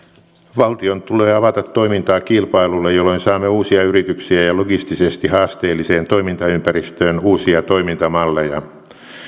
valtion tulee avata toimintaa kilpailulle jolloin saamme uusia yrityksiä ja ja logistisesti haasteelliseen toimintaympäristöön uusia toimintamalleja